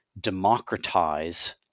democratize